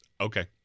Okay